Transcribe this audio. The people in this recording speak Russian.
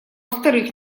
вторых